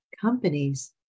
companies